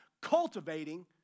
cultivating